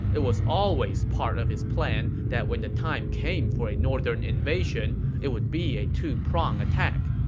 it was always part of his plan that when the time came for a northern invasion, it would be a two-pronged attack.